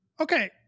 Okay